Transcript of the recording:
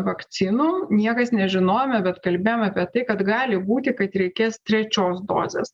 vakcinų niekas nežinojome bet kalbėjome apie tai kad gali būti kad reikės trečios dozės